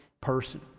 person